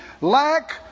lack